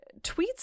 tweets